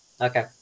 Okay